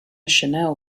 chanel